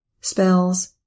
spells